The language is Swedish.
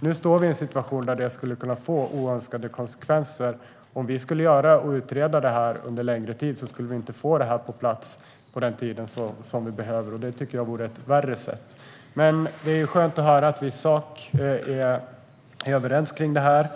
Nu har vi en situation där detta skulle kunna få oönskade konsekvenser. Om vi skulle utreda det här under längre tid skulle vi inte få detta på plats så snabbt som det behövs, och det tycker jag vore sämre. Det är i alla fall skönt att höra att vi i sak är överens om det här.